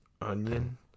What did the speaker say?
Onion